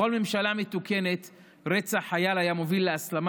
בכל ממשלה מתוקנת רצח חייל היה מוביל להסלמה